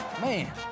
man